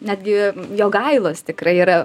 netgi jogailos tikrai yra